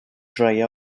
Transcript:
dry